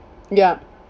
yup